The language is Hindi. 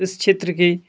इस क्षेत्र के